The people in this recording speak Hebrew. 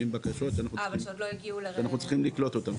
בקשות שאנחנו צריכים לקלוט אותם.